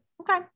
okay